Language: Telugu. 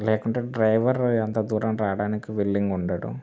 లేకుంటే డ్రైవర్ అంత దూరం రావడానికి విల్లింగ్ ఉండడు